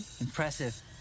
Impressive